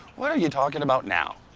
what are you talking about now?